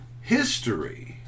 History